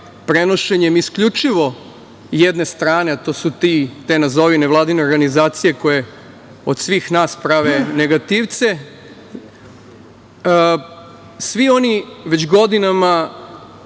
prenošenjem isključivo jedne strane, a to su te, nazovi nevladine organizacije koje od svih nas prave negativce. Svi oni već godinama